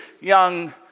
Young